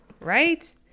right